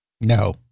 No